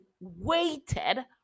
waited